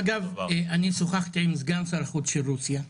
אגב שוחחתי עם סגן שר החוץ של רוסיה.